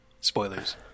Spoilers